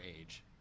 age